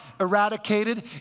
eradicated